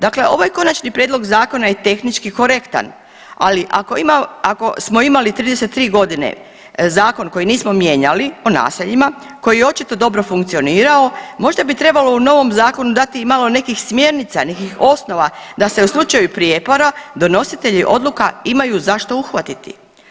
Dakle, ovaj konačni prijedlog zakona je tehnički korektan, ali ako ima, ako smo imali 33 godine zakon koji nismo mijenjali o naseljima koji je očito dobro funkcionirao možda bi trebalo u novom zakonu dati i malo nekih smjernica, nekih osnova da se u slučaju prijepora donositelji odluka imaju za što uhvatiti.